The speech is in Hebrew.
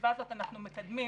בישיבה הזאת אנחנו מקדמים